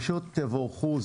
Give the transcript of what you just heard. פשוט תבורכו.